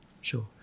Sure